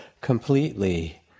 completely